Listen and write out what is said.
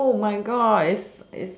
oh my god